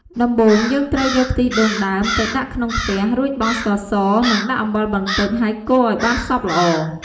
ដំបូងយើងត្រូវយកខ្ទិះដូងដើម ទៅដាក់ក្នុងខ្ទះ រួចបង់ ស្ករស និងដាក់អំបិលបន្តិច ហើយកូរឱ្យបានសព្វល្អ។